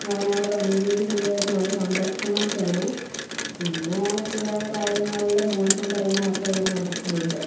വയനാട് വന്യജീവി സങ്കേതത്തിന് നല്ല സംരക്ഷണം ഒക്കെയാണ് പിന്നേ ചില കാര്യങ്ങളിൽ മോശം പറയണതൊക്കെ ഇവിടെ നടത്തുന്നുണ്ട്